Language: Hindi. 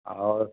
और